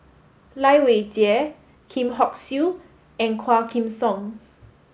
Lai Weijie Lim Hock Siew and Quah Kim Song